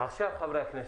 עכשיו חברי הכנסת.